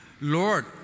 Lord